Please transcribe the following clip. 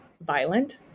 violent